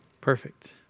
perfect